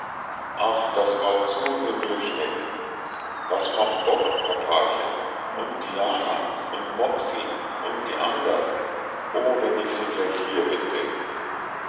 ach das war zu himmlisch nett was macht bob papachen und diana und mopsel und die andern o wenn ich sie gleich hier hätte